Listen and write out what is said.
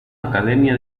academia